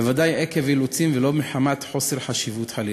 בוודאי עקב אילוצים ולא מחמת חוסר חשיבות, חלילה.